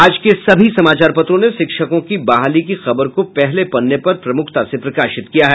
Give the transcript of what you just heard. आज के सभी समाचार पत्रों ने शिक्षकों की बहाली की खबर को पहले पन्ने पर प्रमुखता से प्रकाशित किया है